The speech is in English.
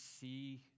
see